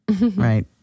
right